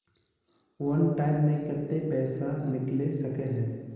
वन time मैं केते पैसा निकले सके है?